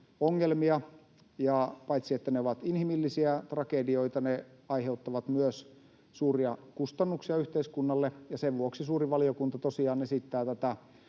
ongelmia. Paitsi että ne ovat inhimillisiä tragedioita ne aiheuttavat myös suuria kustannuksia yhteiskunnalle, ja sen vuoksi suuri valiokunta tosiaan esittää tätä